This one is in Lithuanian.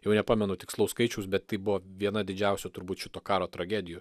jau nepamenu tikslaus skaičiaus bet tai buvo viena didžiausių turbūt šito karo tragedijų